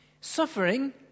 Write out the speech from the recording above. suffering